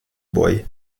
boy